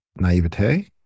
naivete